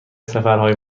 سفرهای